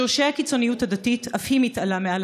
שורשי הקיצוניות הדתית אף הם מתעלים מעל